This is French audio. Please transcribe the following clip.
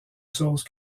sauces